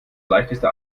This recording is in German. leichteste